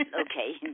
Okay